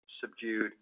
subdued